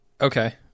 Okay